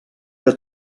que